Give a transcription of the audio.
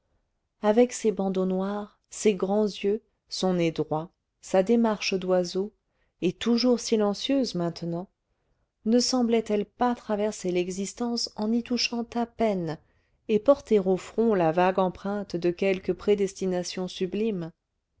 avec ses bandeaux noirs ses grands yeux son nez droit sa démarche d'oiseau et toujours silencieuse maintenant ne semblait elle pas traverser l'existence en y touchant à peine et porter au front la vague empreinte de quelque prédestination sublime